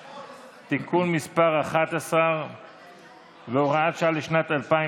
(תיקון מס' 11 והוראת שעה לשנת 2021),